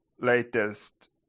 latest